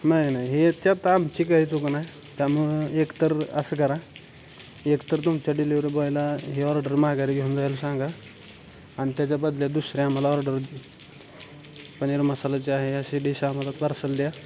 नाही नाही ह्याच्यात आमची काही चूक नाही त्यामुळं एक तर असं करा एक तर तुमच्या डिलीवरी बॉयला हे ऑर्डर माघारी घेऊन जायला सांगा आणि त्याच्या बदल्यात दुसरी आम्हाला ऑर्डर दे पनीर मसालाची आहे अशी डिश आम्हाला पार्सल द्या